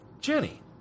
Jenny